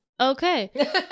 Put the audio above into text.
okay